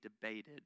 debated